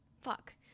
fuck